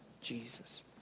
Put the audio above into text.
Jesus